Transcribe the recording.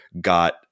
got